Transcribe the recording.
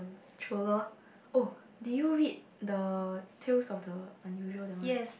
true lor oh do you read the tales of the Unusual that one